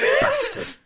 bastard